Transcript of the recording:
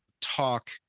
talk